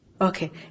Okay